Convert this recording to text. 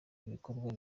ibikorwa